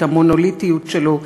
את המונוליטיות שלו,